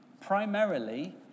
primarily